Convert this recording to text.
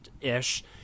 ish